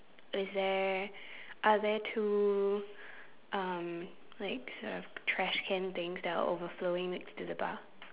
is there are there two um like sort of trash can things that are overflowing next to the bar